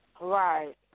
Right